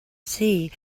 see